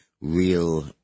real